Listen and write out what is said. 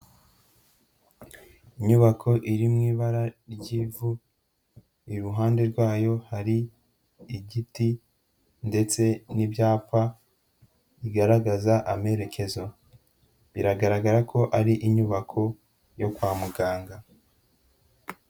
Inyubako iri mu ibara ry'ivu, iruhande rwayo hari igiti ndetse n'ibyapa bigaragaza amerekezo, biragaragara ko ari inyubako yo kwa muganga.